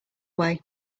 way